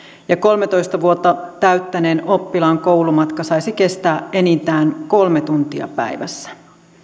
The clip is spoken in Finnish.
ja kolmetoista vuotta täyttäneen oppilaan koulumatka saisi kestää enintään kolme tuntia päivässä